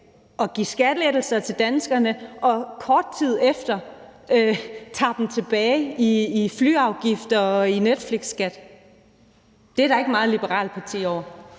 at give skattelettelser til danskerne, men kort tid efter trækker dem tilbage i flyafgifter og i Netflixskat. Det er der ikke meget liberalt parti over.